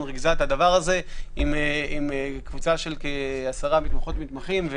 ריכזה את זה עם קבוצה של כ-10 מתמחות ומתמחים.